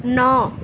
ন